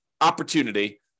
opportunity